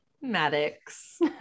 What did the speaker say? Maddox